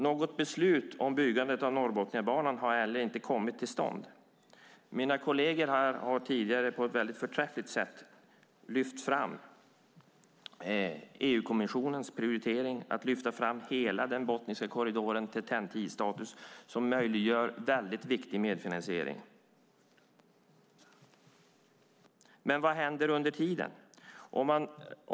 Något beslut om byggande av Norrbotniabanan har inte kommit till stånd. Mina kolleger har tidigare här på ett förträffligt sätt lyft fram EU-kommissionens prioritering av hela Botniska korridoren till TEN-T-status, som möjliggör viktig medfinansiering. Men vad händer under tiden?